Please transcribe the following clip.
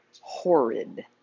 horrid